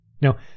Now